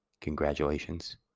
congratulations